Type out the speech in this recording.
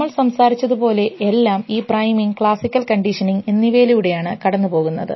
നമ്മൾ സംസാരിച്ചതുപോലെ എല്ലാം ഈ പ്രൈമിംഗ് ക്ലാസിക്കൽ കണ്ടീഷനിംഗ് എന്നിവയിലൂടെ ആണ് കടന്നു പോകുന്നത്